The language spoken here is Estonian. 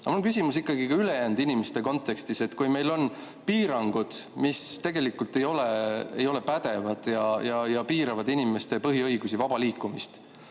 Mul on küsimus ülejäänud inimeste kontekstis. Kui meil on piirangud, mis tegelikult ei ole pädevad ja piiravad inimeste põhiõigusi, vaba liikumist,